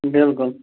بالکُل